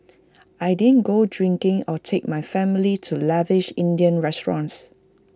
I didn't go drinking or take my family to lavish Indian restaurants